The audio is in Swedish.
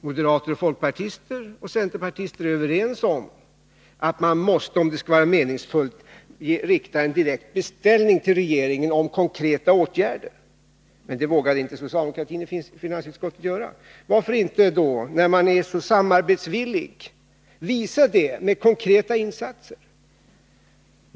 Moderater, folkpartister och centerpartister är överens om att man måste, om det skall vara meningsfullt, rikta en direkt beställning till regeringen om konkreta åtgärder. Men det vågade socialdemokraterna i finansutskottet inte göra. Varför inte, när man är så samarbetsvillig, visa det med konkreta insatser?